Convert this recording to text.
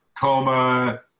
coma